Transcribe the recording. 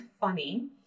funny